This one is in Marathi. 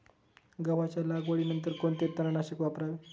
गव्हाच्या लागवडीनंतर कोणते तणनाशक वापरावे?